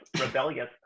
rebellious